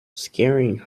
scaring